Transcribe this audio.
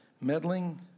Meddling